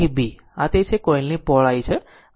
તેથી આ તે છે જે કોઇલની પહોળાઈ છે